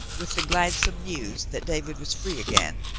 with the gladsome news that david was free again,